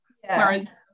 Whereas